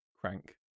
crank